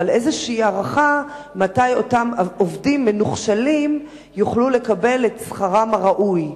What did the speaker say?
אבל איזו הערכה מתי אותם עובדים מנוחשלים יוכלו לקבל את שכרם הראוי,